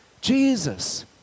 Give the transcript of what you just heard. Jesus